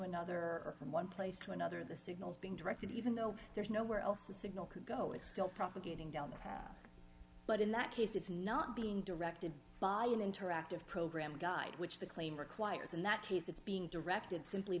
another from one place to another the signals being directed even though there's no where else the signal could go it's still propagating down the path but in that case it's not being directed by an interactive program guide which the claim requires in that case it's being directed simply